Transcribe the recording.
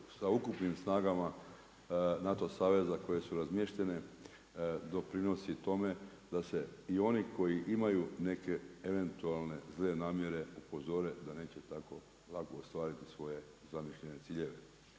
sa ukupnim snagama NATO saveza, koje su razmještene, doprinosi tome da se i oni koji imaju neke eventualne zle namjere upozore da neće tako lako ostvariti svoje zamišljene ciljeve.